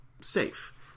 safe